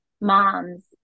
moms